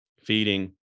feeding